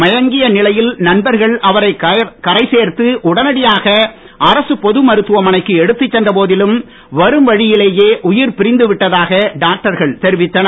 மயங்கிய நிலையில் நண்பர்கள் அவரை கரை சேர்த்து உடனடியாக அரசு பொது மருத்துவமனைக்கு எடுத்துச் சென்ற போதிலும் வரும் வழியிலேயே உயிர் பிரிந்து விட்டதாக டாக்டர்கள் தெரிவித்தனர்